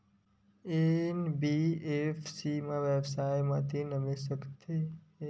NBFC व्यवसाय मा ऋण मिल सकत हे